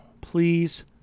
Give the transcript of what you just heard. Please